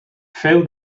feu